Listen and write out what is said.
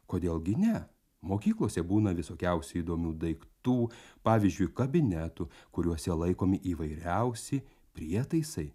kodėl gi ne mokyklose būna visokiausių įdomių daiktų pavyzdžiui kabinetų kuriuose laikomi įvairiausi prietaisai